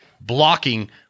blocking